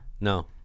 No